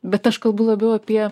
bet aš kalbu labiau apie